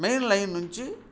main line నుంచి